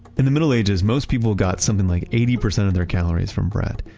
in the middle ages, most people got something like eighty percent of their calories from bread.